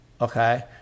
Okay